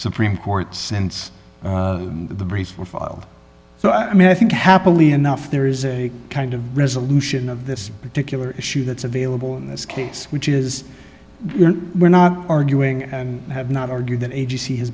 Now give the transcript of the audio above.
supreme court since the briefs were filed so i mean i think happily enough there is a kind of resolution of this particular issue that's available in this case which is we're not arguing and have not argued that a